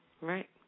Right